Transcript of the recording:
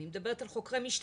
היא מדברת על חוקרי משטרה.